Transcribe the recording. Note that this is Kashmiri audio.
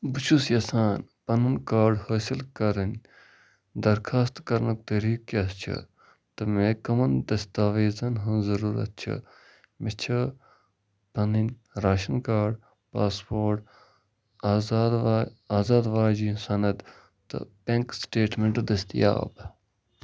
بہٕ چھُس یژھان پَنُن کارڈ حٲصل کَرٕنۍ درخاست کرنُک طریقہٕ کیٛاہ چھُ تہٕ مےٚ کَمَن دَستاویزَن ہٕنٛز ضٔروٗرت چھِ مےٚ چھِ پنٕنۍ راشن کارڈ پاسپورٹ آزاد وار آزاد واجیٚنۍ سَنَد تہٕ بٮ۪نٛک سٕٹیٹمٮ۪نٛٹ دستیاب